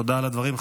תודה על הדברים.